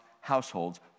households